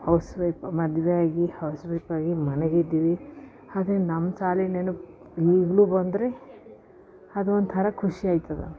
house wife ಮದುವೆ ಆಗಿ ಹೌಸ್ ವೈಫಾಗಿ ಮನೆಗಿದ್ವಿ ಆದರೆ ನಮ್ಮ ಶಾಲೆ ನೆನಪು ಈಗಲೂ ಬಂದರೆ ಅದು ಒಂಥರ ಖುಷಿ ಆಯ್ತದ